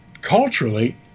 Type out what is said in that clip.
culturally